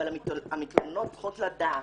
אבל המתלוננות צריכות לדעת,